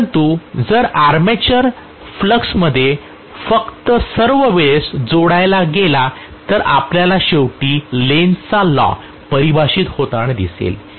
परंतु जर आर्मेचर फ्लक्समध्ये फक्त सर्व वेळेस जोडलाच गेला तर आपल्याला शेवटी लेन्झचा लॉ परिभाषित होताना दिसेल